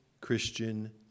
Christian